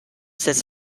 sits